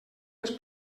més